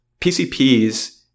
PCPs